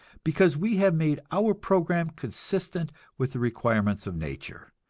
because we have made our program consistent with the requirements of nature,